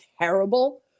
terrible